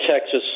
Texas